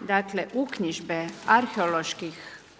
dakle, uknjižbe arheološke